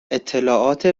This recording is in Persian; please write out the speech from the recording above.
اطلاعات